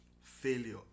failure